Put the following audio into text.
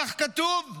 כך כתוב.